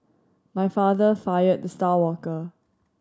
my father fired the star worker